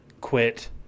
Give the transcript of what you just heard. quit